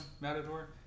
Matador